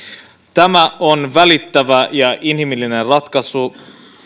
tämä on välittävä ja inhimillinen ratkaisu